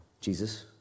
Jesus